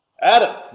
Adam